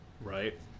right